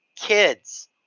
kids